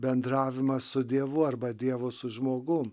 bendravimas su dievu arba dievo su žmogum